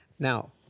Now